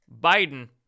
Biden